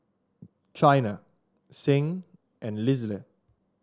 Chyna Sing and Lisle